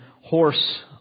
horse